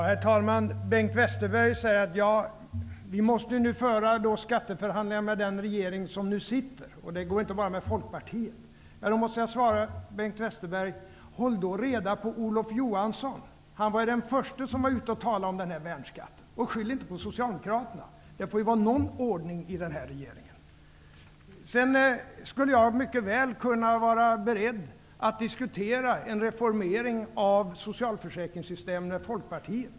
Herr talman! Bengt Westerberg säger att Socialdemokraterna måste föra skatteförhandlingar med den regering som sitter och att det inte går att göra det med enbart Folkpartiet. Här måste jag svara Bengt Westerberg: Håll då reda på Olof Johansson! Han var ju den förste som talade om den här värnskatten. Skyll inte på Socialdemokraterna. Det får vara någon ordning i den här regeringen. Jag skulle mycket väl kunna vara beredd att diskutera en reformering av socialförsäkringssystemet med Folkpartiet.